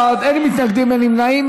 30 בעד, אין מתנגדים, אין נמנעים.